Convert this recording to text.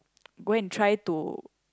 go and try to